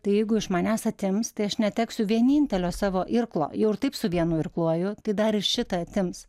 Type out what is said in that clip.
tai jeigu iš manęs atims tai aš neteksiu vienintelio savo irklo jau ir taip su vienu irkluoju tai dar ir šitą atims